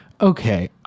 okay